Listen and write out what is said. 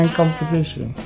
composition